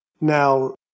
Now